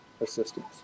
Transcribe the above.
assistance